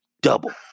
double